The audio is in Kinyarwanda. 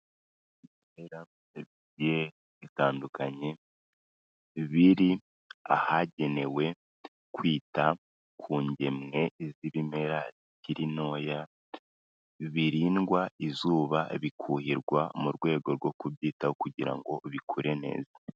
Ahantu hari ibimera bitandukanye biri ahagenewe kwita ku ngemwe zimwe zikiri ntoya, birindwa izuba bikuhirwa mu rwego rwo kubyitaho kugira ngo bikure neza.